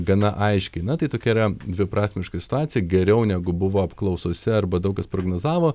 gana aiškiai na tai tokia yra dviprasmiška situacija geriau negu buvo apklausose arba daug kas prognozavo